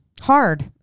hard